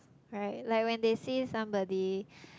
right like when they see somebody